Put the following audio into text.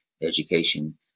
education